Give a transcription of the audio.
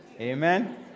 Amen